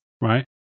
Right